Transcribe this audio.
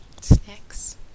Snacks